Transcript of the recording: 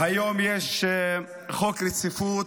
היום יש חוק רציפות,